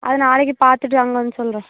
அது நாளைக்கு பார்த்துட்டு அங்கே வந்து சொல்கிறேன்